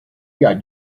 got